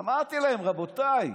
אמרתי להם: רבותיי,